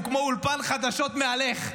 הוא כמו אולפן חדשות מהלך.